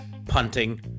punting